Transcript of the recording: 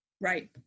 Right